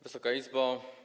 Wysoka Izbo!